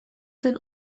zen